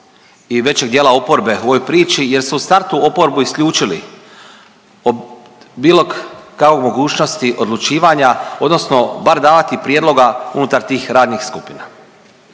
i većeg dijela oporbe u ovoj priči jer su u startu oporbu isključili od bilo kakvog mogućnosti odlučivanja odnosno bar davati prijedloga unutar tih radnih skupina.